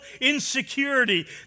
insecurity